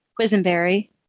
Quisenberry